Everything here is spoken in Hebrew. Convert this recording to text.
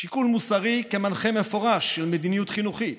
שיקול מוסרי כמנחה מפורש של מדיניות חינוכית,